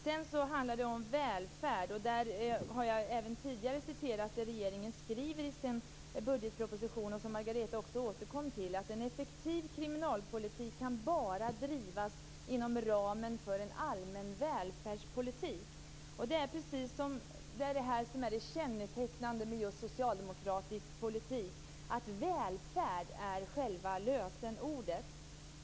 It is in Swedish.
När det gäller välfärd har jag även tidigare citerat vad regeringen skriver i sin budgetproposition, och som Margareta också återkom till, nämligen att en effektiv kriminalpolitik bara kan drivas inom ramen för en allmän välfärdspolitik. Det som är kännetecknande för socialdemokratisk politik är att välfärd är själva lösenordet.